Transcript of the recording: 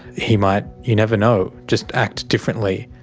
he might, you never know, just act differently,